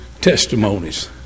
testimonies